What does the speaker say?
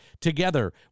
Together